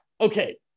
Okay